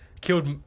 killed